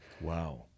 Wow